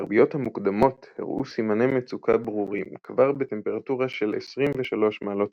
התרביות המוקדמות הראו סימני מצוקה ברורים כבר בטמפרטורה של 23°C,